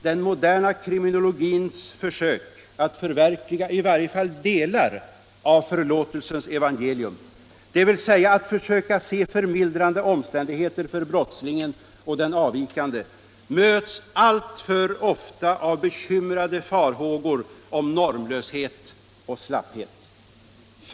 Den moderna kriminologins försök att förverkliga i varje fall delar av förlåtelsens evangelium — dvs. att försöka se förmildrande omständigheter för brottslingen och den avvikande — möts alltför ofta av bekymrade farhågor om normlöshet och slapphet.